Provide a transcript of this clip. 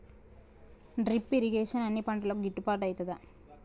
Drip irrigation అన్ని పంటలకు గిట్టుబాటు ఐతదా?